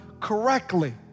correctly